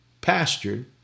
pastured